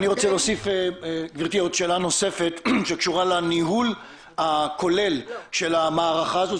גברתי עוד שאלה נוספת שקשורה לניהול הכולל של המערכה הזאת.